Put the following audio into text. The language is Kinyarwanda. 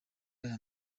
aya